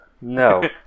No